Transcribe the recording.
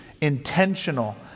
intentional